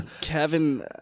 kevin